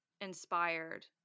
inspired